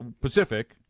Pacific